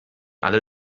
alle